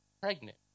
pregnant